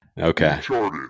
Okay